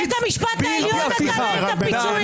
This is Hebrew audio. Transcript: בית המשפט העליון נתן להם את הפיצויים.